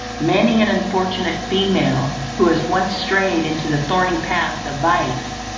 many an unfortunate female, who has once strayed into the thorny paths of vice,